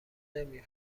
نمی